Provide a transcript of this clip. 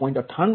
9888 j0